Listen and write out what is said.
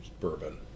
bourbon